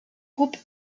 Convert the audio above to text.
groupes